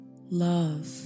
love